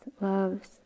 loves